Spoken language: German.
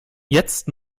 jetzt